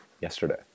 yesterday